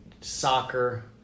soccer